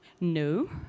no